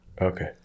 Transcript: Okay